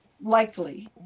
likely